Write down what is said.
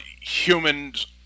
humans